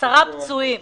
עשרה פצועים.